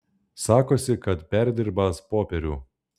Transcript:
sakosi kad perdirbąs popierių